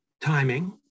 timing